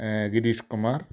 Girish Kumar Appu